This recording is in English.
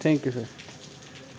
thank you sir